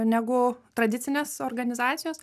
negu tradicinės organizacijos